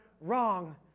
wrong